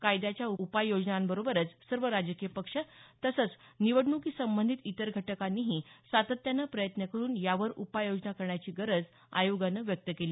कायद्याच्या उपाययोजनांबरोबरच सर्व राजकीय पक्ष तसंच निवडणुकीसंबंधित इतर घटकांनीही सातत्यानं प्रयत्न करुन यावर उपाययोजना करण्याची गरज आयोगानं व्यक्त केली